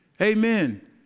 amen